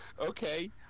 Okay